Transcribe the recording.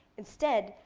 instead,